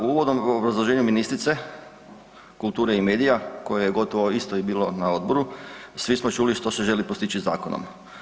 U uvodnom obrazloženju ministrice kulture i medija koje je gotovo isto i bilo na odboru, svi smo čuli što su željeli postići zakonom.